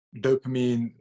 dopamine